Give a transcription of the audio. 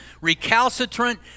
recalcitrant